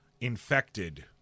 infected